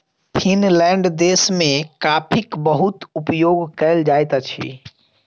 Finland देश में कॉफ़ीक बहुत उपयोग कयल जाइत अछि